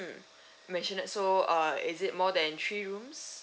mm you mentioned that so uh is it more than three rooms